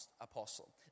apostle